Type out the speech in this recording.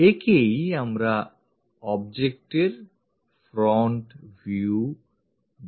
একেই আমরা object এর front view বলি